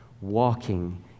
walking